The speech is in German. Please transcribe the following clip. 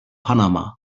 panama